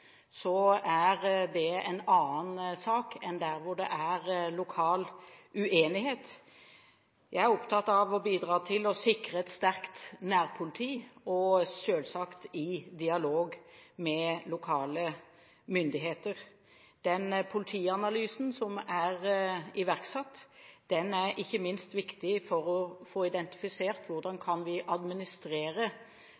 er det en annen sak enn der hvor det er lokal uenighet. Jeg er opptatt av å bidra til å sikre et sterkt nærpoliti, selvsagt i dialog med lokale myndigheter. Den politianalysen som er iverksatt, er ikke minst viktig for å få identifisert hvordan